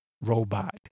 robot